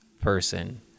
person